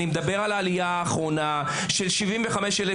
אני מדבר על העלייה האחרונה של 75,000,